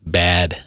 bad